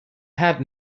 had